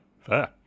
fair